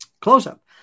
close-up